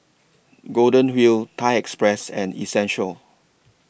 Golden Wheel Thai Express and Essential